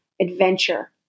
adventure